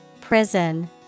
Prison